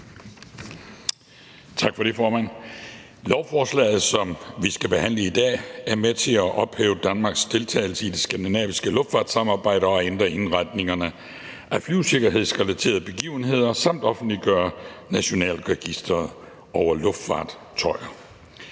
Tak for det, formand. Lovforslaget, som vi skal behandle i dag, er med til at ophæve Danmarks deltagelse i det skandinaviske luftfartssamarbejde og ændre indberetningerne af flyvesikkerhedsrelaterede begivenheder samt offentliggøre nationalitetsregistret over luftfartøjer.